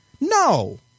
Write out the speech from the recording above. No